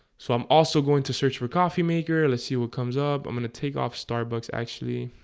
so i'm also going to search for coffee maker let's see what comes up. i'm gonna take off starbucks actually